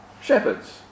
shepherds